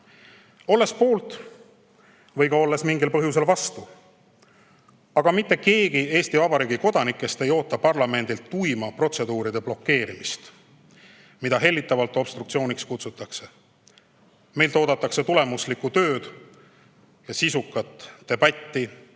olles poolt või olles mingil põhjusel vastu. Aga mitte keegi Eesti Vabariigi kodanikest ei oota parlamendilt tuima protseduuride blokeerimist, mida hellitavalt obstruktsiooniks kutsutakse. Meilt oodatakse tulemuslikku tööd, sisukat debatti